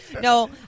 No